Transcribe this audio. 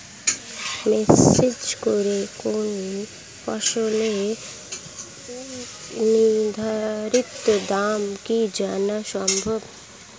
Message করে কোন ফসলের নির্ধারিত দাম কি জানা সম্ভব?